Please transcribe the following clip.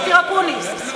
אופיר אקוניס.